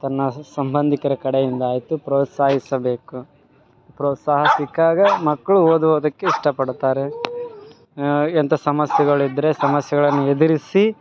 ತನ್ನ ಸಂಬಂಧಿಕರ ಕಡೆಯಿಂದಾಯಿತು ಪ್ರೋತ್ಸಾಹಿಸಬೇಕು ಪ್ರೋತ್ಸಾಹ ಸಿಕ್ಕಾಗ ಮಕ್ಕಳು ಓದುವದಕ್ಕೆ ಇಷ್ಟ ಪಡುತ್ತಾರೆ ಎಂಥ ಸಮಸ್ಯೆಗಳಿದ್ದರೆ ಸಮಸ್ಯೆಗಳನ್ನು ಎದುರಿಸಿ